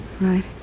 Right